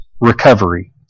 recovery